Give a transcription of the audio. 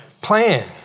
plan